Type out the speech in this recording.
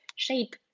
shape